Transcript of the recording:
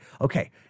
okay